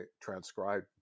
transcribed